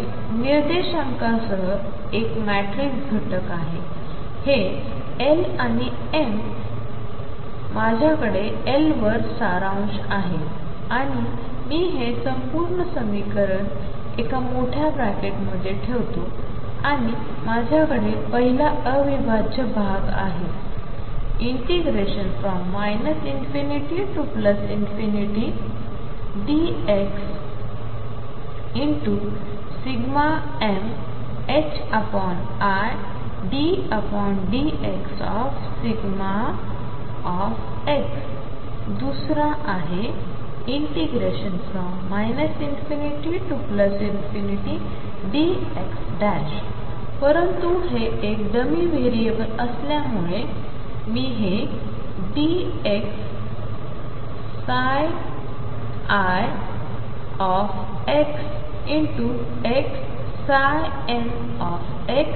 हे l आणि n निर्देशांकासह एक मॅट्रिक्स घटक आहे माझ्याकडे l वर सारांश आहे आणि मी हे संपूर्ण समीकरण एका मोठ्या ब्रॅकेटमध्ये ठेवतो आणि माझ्याकडे पहिला अविभाज्य आहे ∞dx midldx दुसरा आहे ∞dx परंतु हे एक डमी व्हेरिएबल असल्याने मी हे dx lxxnx ∞dx mxxlx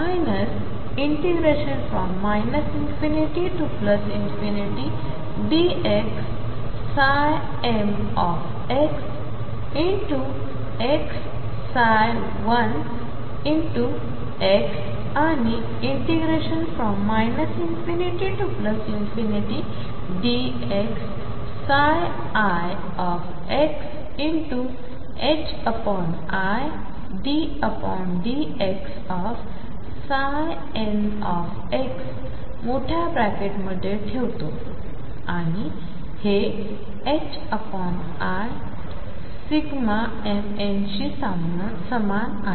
आणि ∞dx lx idndx मोठ्या ब्रॅकेटमध्ये ठेवतो आणि हे imn शी समान आहे